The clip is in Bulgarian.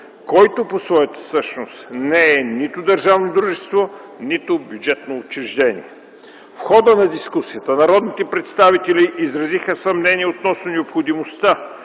който по своята същност не е нито държавно дружество, нито бюджетно учреждение. В хода на дискусията народните представители изразиха съмнение относно необходимостта